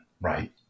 right